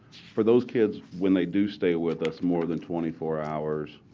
for those kids when they do stay with us more than twenty four hours,